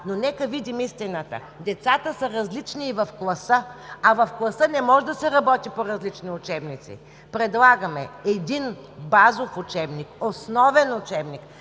но нека видим истината. Децата са различни и в класа, а в класа не може да се работи по различни учебници. Предлагаме един базов учебник, основен учебник,